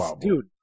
Dude